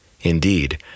indeed